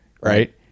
right